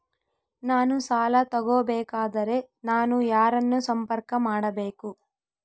ನಾನು ಸಾಲ ತಗೋಬೇಕಾದರೆ ನಾನು ಯಾರನ್ನು ಸಂಪರ್ಕ ಮಾಡಬೇಕು?